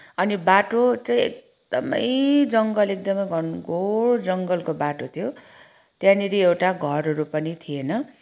अनि बाटो चाहिँ एकदमै जङ्गल एकदमै घनघोर जङ्गलको बाटो थियो त्यहाँनिर एउटा घरहरू पनि थिएन